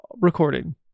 recording